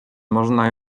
można